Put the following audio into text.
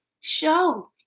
show